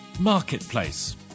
Marketplace